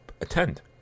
attend